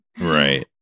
right